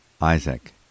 Isaac